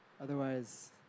Otherwise